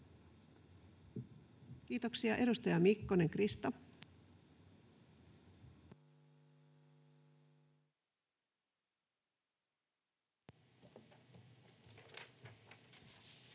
Kiitoksia. — Edustaja Mikkonen, Krista. [Speech